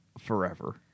forever